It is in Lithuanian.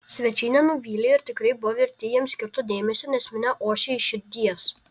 svečiai nenuvylė ir tikrai buvo verti jiems skirto dėmesio nes minia ošė iš širdies